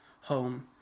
home